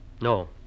No